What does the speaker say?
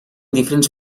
diferents